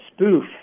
spoof